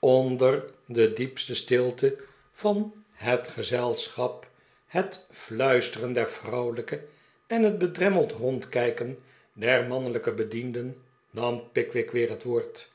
onder de diepste stilte van het gezelschap het fluisteren der vrouwelijke en het bedremmeld rondkijken der mannelijke bedienden nam pickwick weer het woord